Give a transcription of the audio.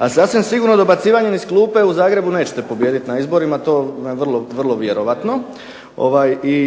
A sasvim sigurno dobacivanjem iz klupe u Zagrebu nećete pobijediti na izborima to vam je vrlo vjerojatno.